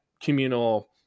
communal